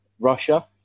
Russia